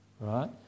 right